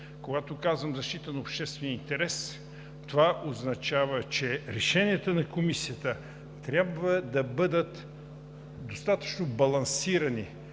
Когато казвам защита на обществен интерес – това означава, че решенията на Комисията трябва да бъдат достатъчно балансирани